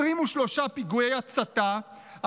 23 פיגועי הצתה,